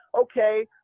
Okay